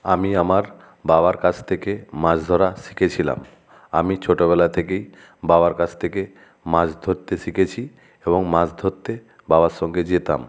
আমি আমার বাবার কাছ থেকে মাছ ধরা শিখেছিলাম আমি ছোটোবেলা থেকেই বাবার কাছ থেকে মাছ ধরতে শিখেছি এবং মাছ ধরতে বাবার সঙ্গে যেতাম